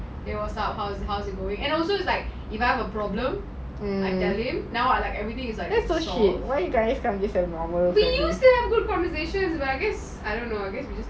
and also it's like when I have a problem